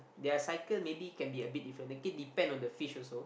their cycle maybe can be a bit different again depend on the fish also